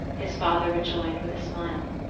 his father rejoined with a smile.